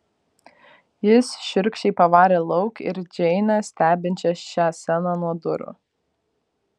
jis šiurkščiai pavarė lauk ir džeinę stebinčią šią sceną nuo durų